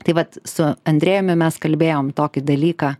tai vat su andrejumi mes kalbėjom tokį dalyką